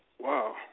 Wow